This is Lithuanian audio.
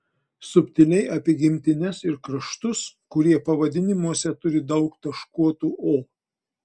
subtiliai apie gimtines ir kraštus kurie pavadinimuose turi daug taškuotų o